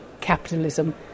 capitalism